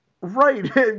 Right